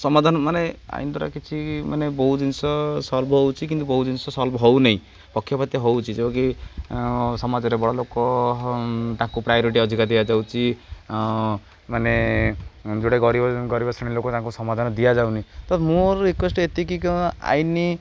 ସମାଧାନ ମାନେ ଆଇନ୍ ଦ୍ୱାରା କିଛି ମାନେ ବହୁ ଜିନିଷ ସଲ୍ଭ ହେଉଛି କିନ୍ତୁ ବହୁତ ଜିନିଷ ସଲ୍ଭ ହଉନହିଁ ପକ୍ଷପାତ ହେଉଛି ଯେଉଁକି ସମାଜରେ ବଡ଼ ଲୋକ ତାଙ୍କୁ ପ୍ରାୟୋରିଟି ଅଧିକା ଦିଆଯାଉଛି ମାନେ ଗୋଟେ ଗରିବ ଗରିବ ଶ୍ରେଣୀ ଲୋକ ତାଙ୍କୁ ସମାଧାନ ଦିଆଯାଉନି ତ ମୋର ରିିକ୍ୱେଷ୍ଟ ଏତିକି କ'ଣ ଆଇନ୍